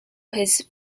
his